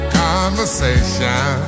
conversation